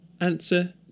Answer